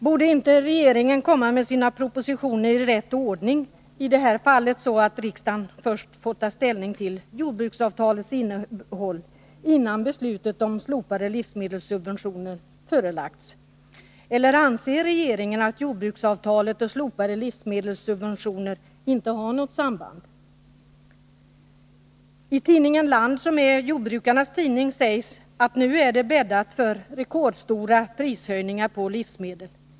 Borde inte regeringen komma med sina propositioner i rätt ordning? I det här fallet borde riksdagen först ha tagit ställning till jordbruksavtalets innebörd, innan förslaget om slopade livsmedelssubventioner förelades riksdagen. Eller anser regeringen att jordbruksavtalet och slopade livsmedelssubventioner inte har något samband? I tidningen Land, som är jordbrukarnas tidning, sägs att det nu är bäddat för rekordstora prishöjningar på livsmedel.